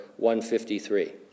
153